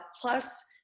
plus